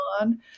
on